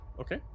Okay